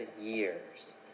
years